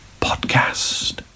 podcast